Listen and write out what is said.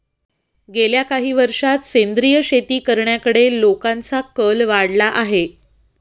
गेल्या काही वर्षांत सेंद्रिय शेती करण्याकडे लोकांचा कल वाढला आहे